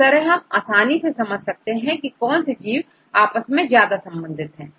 इस तरह हम आसानी से यह समझ पाएंगे की कौन से जीव आपस में ज्यादा संबंधित हैं